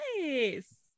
Nice